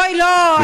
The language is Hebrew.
בואי לא,